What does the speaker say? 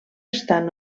estan